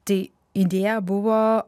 tai idėja buvo